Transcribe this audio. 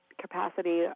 capacity